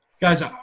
Guys